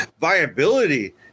viability